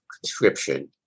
conscription